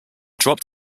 dropped